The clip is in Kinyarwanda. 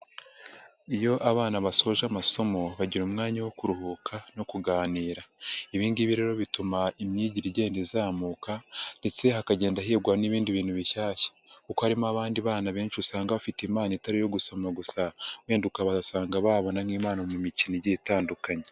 Iyo abana basoje amasomo bagira umwanya wo kuruhuka no kuganira, ibi ngibi rero bituma imyigire igenda izamuka ndetse hakagenda higwa n'ibindi bintu bishyashya kuko harimo abandi bana benshi usanga bafite impano itari iyo gusoma gusa, wenda ukabasanga babona nk'impano mu mikino igiye itandukanye.